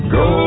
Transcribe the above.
go